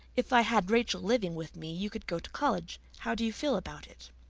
if i had rachel living with me you could go to college. how do you feel about it?